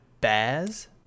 Baz